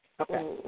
okay